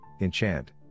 enchant